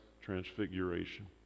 transfiguration